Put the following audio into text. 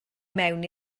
mewn